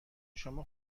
شما